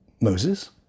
Moses